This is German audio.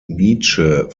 nietzsche